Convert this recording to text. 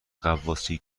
غواصی